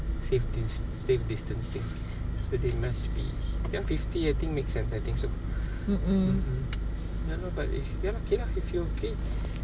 safe dist~ safe distancing but they must be ya fifty I think makes sense I think so ya lor but if ya lah okay lah if you okay